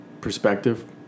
perspective